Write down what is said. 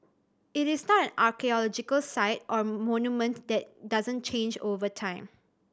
it is not an archaeological site or monument that doesn't change over time